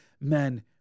men